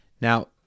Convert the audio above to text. Now